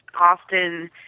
often